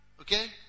Okay